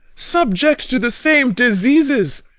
subject to the same diseases,